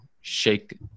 shake